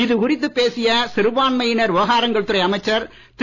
இது குறித்து பேசிய சிறுபான்மையினர் விவகாரங்கள் துறை அமைச்சர் திரு